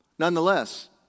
Nonetheless